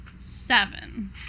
Seven